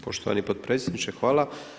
Poštovani potpredsjedniče hvala.